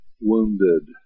wounded